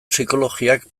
psikologiak